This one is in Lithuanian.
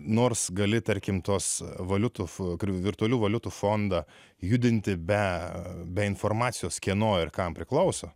nors gali tarkim tos valiutos virtualių valiutų fondą judinti be be informacijos kieno ir kam priklauso